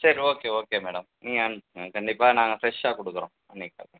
சரி okay okay madam நீங்கள் அனுப்புங்கள் கண்டிப்பாக நாங்கள் ஃப்ரெஷ்ஷாக கொடுக்கறோம்